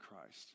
Christ